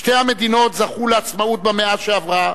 שתי המדינות זכו לעצמאות במאה שעברה,